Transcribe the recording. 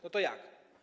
No to jak?